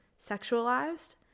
sexualized